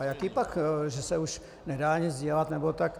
Jakýpak že se už nedá nic dělat nebo tak?